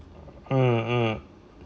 hmm hmm